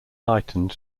heightened